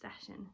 session